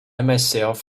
myself